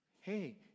Hey